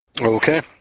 Okay